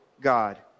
God